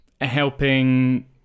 helping